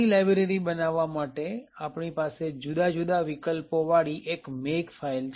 આપણી લાયબ્રેરી બનાવવા માટે આપણી પાસે જુદા જુદા વિકલ્પો વાળી એક Makefile છે